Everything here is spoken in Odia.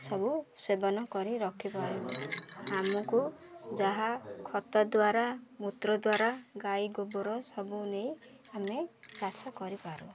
ସବୁ ସେବନ କରି ରଖିପାରୁ ଆମକୁ ଯାହା ଖତ ଦ୍ୱାରା ମୂତ୍ର ଦ୍ୱାରା ଗାଈ ଗୋବର ସବୁ ନେଇ ଆମେ ଚାଷ କରିପାରୁ